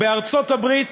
בארצות-הברית